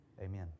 Amen